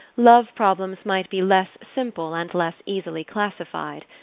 love-problems might be less simple and less easily classified.